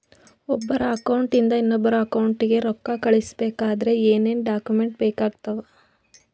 ಒಬ್ಬರ ಅಕೌಂಟ್ ಇಂದ ಇನ್ನೊಬ್ಬರ ಅಕೌಂಟಿಗೆ ರೊಕ್ಕ ಕಳಿಸಬೇಕಾದ್ರೆ ಏನೇನ್ ಡಾಕ್ಯೂಮೆಂಟ್ಸ್ ಬೇಕಾಗುತ್ತಾವ?